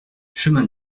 chemin